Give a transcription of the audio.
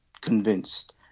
convinced